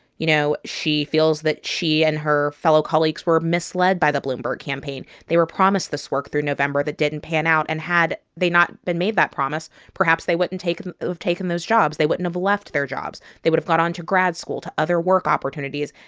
you know, she feels that she and her fellow colleagues were misled by the bloomberg campaign. they were promised this work through november that didn't pan out. and had they not been made that promise, perhaps they wouldn't have ah taken those jobs. they wouldn't have left their jobs. they would've gone on to grad school, to other work opportunities.